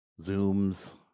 Zooms